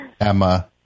Emma